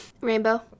rainbow